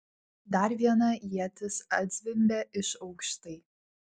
dar viena ietis atzvimbė iš aukštai